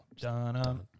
dun